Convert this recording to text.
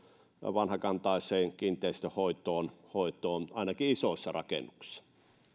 vanhakantaiseen kiinteistönhoitoon ainakin isoissa rakennuksissa